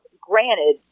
granted